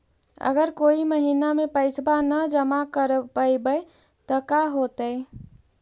अगर कोई महिना मे पैसबा न जमा कर पईबै त का होतै?